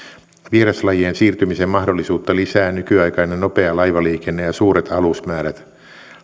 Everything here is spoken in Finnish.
vieraslajien siirtymisen mahdollisuutta lisäävät nykyaikainen nopea laivaliikenne ja suuret alusmäärät